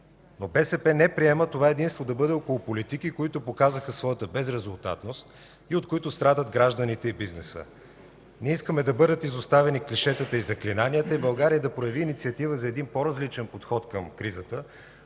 но БСП не приема това единство да бъде около политики, които показаха своята безрезултатност и от които страдат гражданите и бизнеса. Ние искаме да бъдат изоставени клишетата и заклинанията и България да прояви инициатива за един по-различен подход към кризата,